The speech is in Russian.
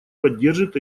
поддержит